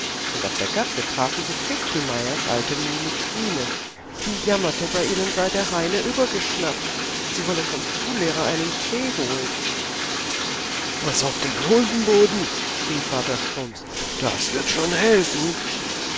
und auf der gasse trafen sie fistelmeyers alte muhme trine die jammerte bei ihnen sei der heine übergeschnappt sie wolle vom schullehrer einen tee holen was auf den hosenboden schrie vater schrumps das wird schon helfen